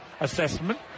assessment